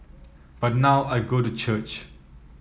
but now I go to church